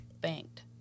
banked